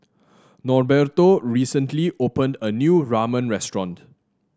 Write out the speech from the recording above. Norberto recently opened a new Ramen restaurant